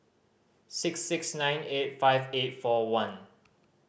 six six nine eight five eight four one